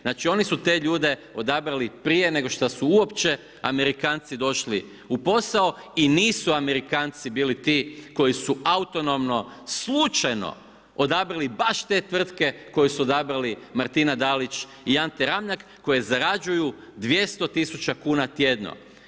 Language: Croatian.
Znači oni su te ljude odabrali prije nego što su uopće Amerikanci došli u posao i nisu Amerikanci bili ti koji su autonomno, slučajno, odabrali baš te tvrtke, koje su odabrali Martina Dalić i Ante Ramljak, koji zarađuju 200 tisuća kuna tjedno.